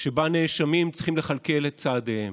שבהם נאשמים צריכים לכלכל את צעדיהם.